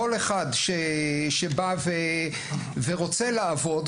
כל אחד שבא ורוצה לעבוד,